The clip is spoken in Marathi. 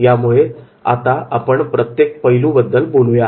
त्यामुळे आता आपण प्रत्येक पैलू बद्दल बोलूया